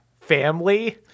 family